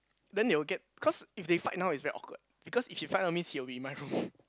then they will get cause if they fight now is very awkward because if he fight now means he will be in my room